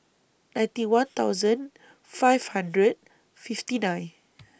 ninety one thousand five hundred fifty nine